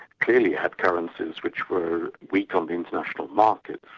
clearly had currencies which were weak on the international markets.